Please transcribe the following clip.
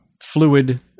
fluid